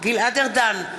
גלעד ארדן,